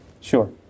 sure